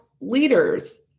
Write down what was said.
leaders